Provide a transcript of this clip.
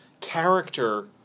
character